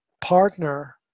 partner